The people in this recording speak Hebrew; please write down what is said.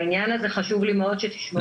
בעניין הזה חשוב לי מאוד שתשמעו.